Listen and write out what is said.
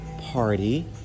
party